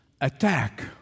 attack